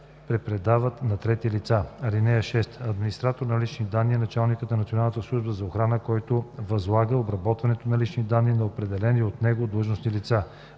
препредават на трети лица. (6) Администратор на лични данни е началникът на Националната служба за охрана, който възлага обработването на лични данни на определени от него длъжностни лица.